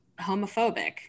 homophobic